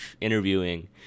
interviewing